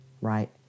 right